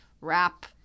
rap